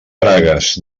bragues